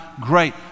Great